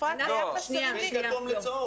--- בין כתום לצהוב.